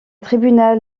tribunal